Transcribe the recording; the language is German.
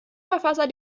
verfasser